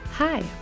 Hi